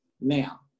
Now